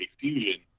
Fusion